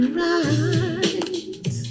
right